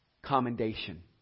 Commendation